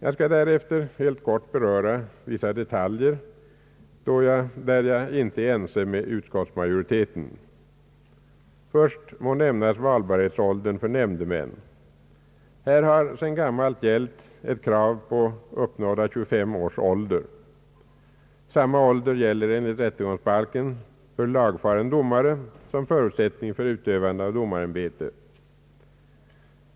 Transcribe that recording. Jag skall nu helt kort beröra vissa detaljer i fråga om vilka jag inte är ense med utskottsmajoriteten. Först må nämnas valbarhetsåldern för nämndemän. Här har sedan gammalt gällt ett krav på 25 års ålder. Samma ålder gäller enligt rättegångsbalken för lagfaren domare som förutsättning för utövande av domarämbetet.